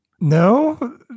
No